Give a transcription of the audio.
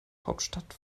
hauptstadt